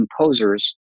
composers